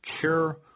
care